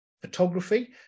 photography